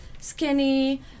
skinny